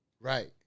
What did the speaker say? Right